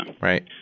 right